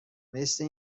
مثل